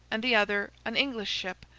and the other an english ship,